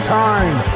time